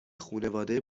خونواده